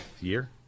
year